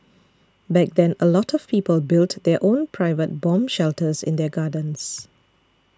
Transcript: back then a lot of people built their own private bomb shelters in their gardens